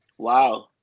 Wow